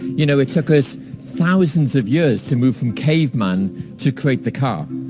you know it took us thousands of years to move from caveman to create the car.